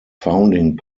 founding